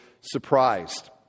surprised